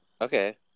Okay